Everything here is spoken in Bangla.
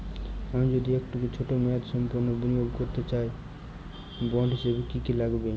আমি যদি একটু ছোট মেয়াদসম্পন্ন বিনিয়োগ করতে চাই বন্ড হিসেবে কী কী লাগবে?